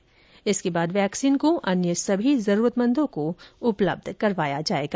इसके बाद वैक्सीन को अन्य सभी जरूरतमंदों को उपलब्ध करवाया जाएगा